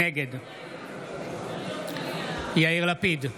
נגד יאיר לפיד,